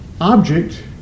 object